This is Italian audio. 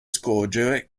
scorgere